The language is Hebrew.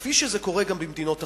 כפי שזה קורה גם במדינות אחרות.